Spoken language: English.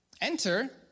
enter